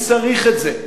צריך את זה.